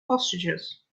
hostages